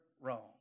wrong